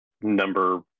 number